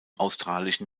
australischen